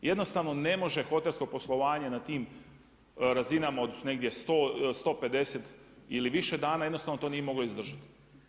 Jednostavno ne može hotelsko poslovanje na tim razinama od negdje 100, 150 ili više dana jednostavno to nije moglo izdržati.